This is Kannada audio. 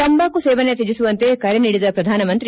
ತಂಬಾಕು ಸೇವನೆ ತ್ವಜಿಸುವಂತೆ ಕರೆ ನೀಡಿದ ಪ್ರಧಾನಮಂತ್ರಿ